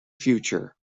future